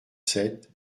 sept